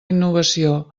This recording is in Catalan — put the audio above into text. innovació